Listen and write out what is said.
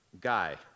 Guy